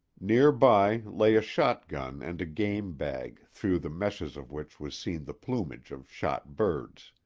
near by lay a shotgun and a game bag through the meshes of which was seen the plumage of shot birds.